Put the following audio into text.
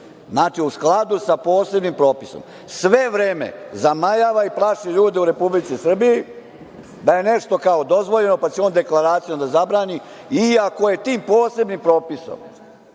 Znači, u skladu sa posebnim propisom. Sve vreme zamajava i plaši ljude u Republici Srbiji da je nešto kao dozvoljeno pa će on deklaracijom da zabrani iako je tim posebnim propisom,